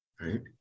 right